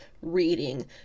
reading